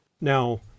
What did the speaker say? Now